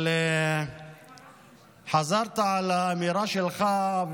אבל חזרת על האמירה שלך,